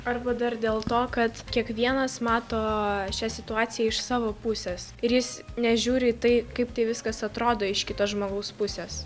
arba dar dėl to kad kiekvienas mato šią situaciją iš savo pusės ir jis nežiūri į tai kaip tai viskas atrodo iš kito žmogaus pusės